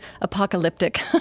apocalyptic